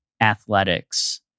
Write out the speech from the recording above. athletics